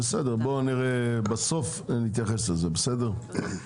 נתייחס לזה בסוף.